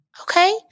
Okay